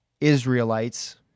Israelites